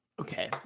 Okay